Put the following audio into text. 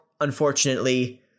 unfortunately